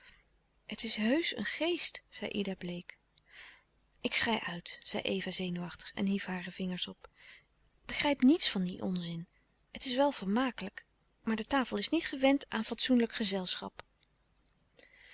het is heusch een geest zei ida bleek ik schei uit zei eva zenuwachtig en hief hare vingers op ik begrijp niets van dien onzin het is wel vermakelijk maar de tafel is niet gewend aan fatsoenlijk gezelschap